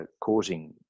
causing